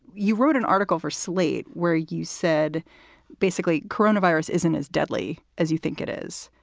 you wrote an article for slate where you said basically coronavirus isn't as deadly as you think it is.